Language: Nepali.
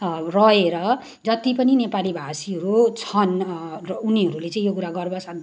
रहेर जति पनि नेपालीभाषी हो छन् र उनीहरूले चाहिँ यो कुरा गर्वसाथ